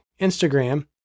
Instagram